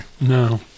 No